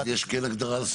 אז יש כן הגדרה על סביבה?